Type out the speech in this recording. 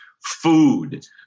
food